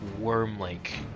worm-like